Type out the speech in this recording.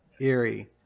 eerie